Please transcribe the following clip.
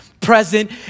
present